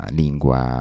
lingua